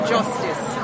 Justice